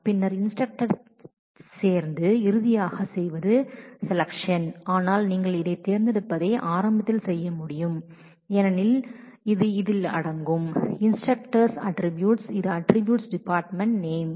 பின்னர் இன்ஸ்டிரக்டர் சேர்ந்து இறுதியாக செய்வது ஸெலெக்ஷன் ஆனால் நீங்கள் இதைத் தேர்ந்தெடுப்பதை ஆரம்பத்தில் செய்ய முடியும் ஏனெனில் இது டிபார்ட்மெண்ட் நேம் என்ற அட்ட்ரிபூயூட்ஸ் இது இன்ஸ்டரக்டர்ஸ் என்பது உடைய அட்ட்ரிபூயூட்ஸ்